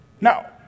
Now